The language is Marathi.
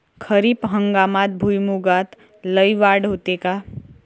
खरीप हंगामात भुईमूगात लई वाढ होते का?